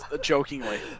jokingly